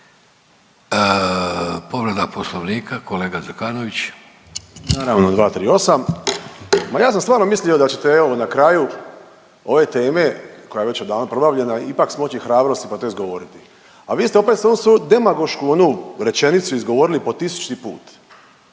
Povreda Poslovnika, kolega Zekanović. **Zekanović, Hrvoje (HDS)** Naravno, 238. Ma ja sam stvarno mislio da ćete na kraju ove teme koja je već odavno probavljena, ipak smoći hrabrosti pa to izgovoriti, a vi ste opet svoju demagošku onu rečenicu izgovorili po tisućiti put